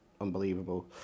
unbelievable